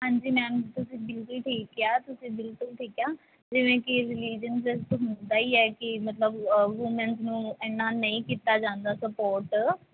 ਹਾਂਜੀ ਮੈਮ ਤੁਸੀਂ ਬਿਲਕੁਲ ਠੀਕ ਕਿਹਾ ਤੁਸੀਂ ਬਿਲਕੁਲ ਠੀਕ ਕਿਹਾ ਜਿਵੇਂ ਕਿ ਰਿਲੀਜਨ ਜਸਟ ਹੁੰਦਾ ਹੀ ਹੈ ਕਿ ਮਤਲਬ ਵੂਮੈਨਸ ਨੂੰ ਇੰਨਾ ਨਹੀਂ ਕੀਤਾ ਜਾਂਦਾ ਸਪੋਰਟ